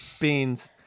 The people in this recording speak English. beans